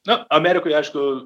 nu amerikoj aišku